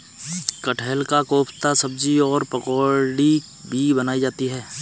कटहल का कोफ्ता सब्जी और पकौड़ी भी बनाई जाती है